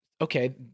okay